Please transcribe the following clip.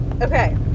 Okay